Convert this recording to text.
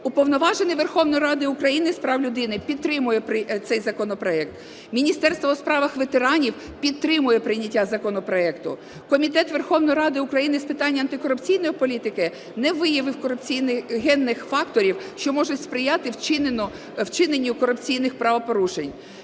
Уповноважений Верховної Ради України з прав людини підтримує цей законопроект. Міністерство у справах ветеранів підтримує прийняття законопроекту. Комітет Верховної Ради України з питань антикорупційної політики не виявив корупціогенних факторів, що можуть сприяти вчиненню корупційних правопорушень.